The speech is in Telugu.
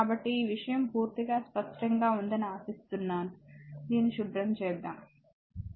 కాబట్టి ఈ విషయం పూర్తిగా స్పష్టంగా ఉందని ఆశిస్తున్నాను దీన్ని శుభ్రం చేద్దాం